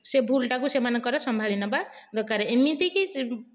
ସେ ଭୁଲଟାକୁ ସେମାନଙ୍କର ସମ୍ଭାଳି ନେବା ଦରକାର ଏମିତିକି ସି